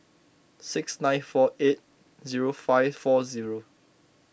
six nine four eight zero five four zero